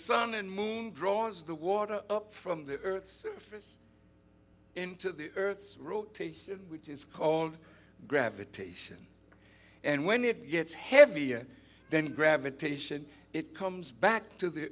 sun and moon braun's the water up from the earth's surface into the earth's rotation which is called gravitation and when it gets heavier then gravitation it comes back to the